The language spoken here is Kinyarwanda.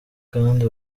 kandi